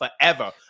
forever